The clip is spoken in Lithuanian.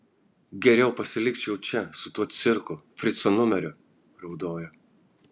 geriau pasilikčiau čia su tuo cirku frico numeriu raudojo